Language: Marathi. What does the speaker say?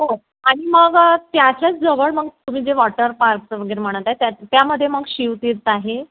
हो आणि मग त्याच्याच जवळ मग तुम्ही जे वॉटर पार्कचं वगैरे म्हणत आहात त्या त्यामध्ये मग शिवतीर्थ आहे